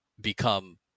become